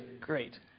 Great